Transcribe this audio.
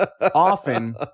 often